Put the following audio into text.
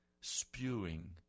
spewing